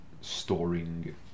storing